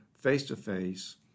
face-to-face